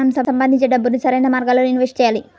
మనం సంపాదించే డబ్బుని సరైన మార్గాల్లోనే ఇన్వెస్ట్ చెయ్యాలి